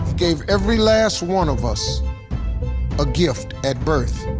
gave every last one of us a gift at birth.